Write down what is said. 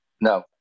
No